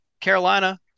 Carolina